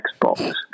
Xbox